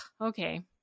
Okay